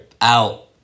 out